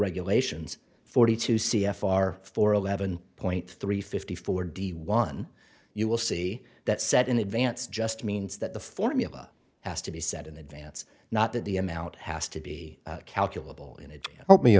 regulations forty two c f r four eleven point three fifty four d one you will see that set in advance just means that the formula has to be set in advance not that the amount has to be calculable in it help me